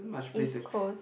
East Coast